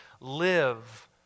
live